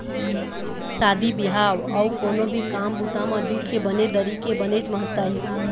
शादी बिहाव अउ कोनो भी काम बूता म जूट के बने दरी के बनेच महत्ता हे